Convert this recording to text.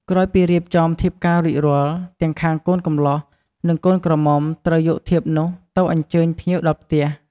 ក្រោយពីរៀបចំធៀបការរួចរាល់ ទាំងខាងកូនកម្លោះ និងកូនក្រមុំត្រូវយកធៀបនោះទៅអញ្ជើញភ្ញៀវដល់ផ្ទះ។